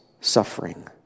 suffering